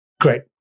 great